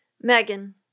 Megan